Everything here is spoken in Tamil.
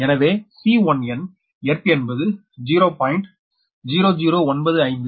எனவே C1n எர்த் என்பது 0